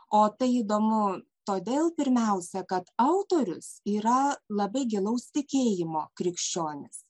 o tai įdomu todėl pirmiausia kad autorius yra labai gilaus tikėjimo krikščionis